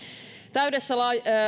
täydessä